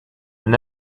and